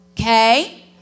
Okay